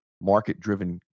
market-driven